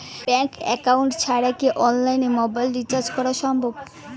Bank account ছাড়া কি অনলাইনে মোবাইল রিচার্জ করা যায়?